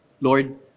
Lord